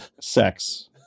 Sex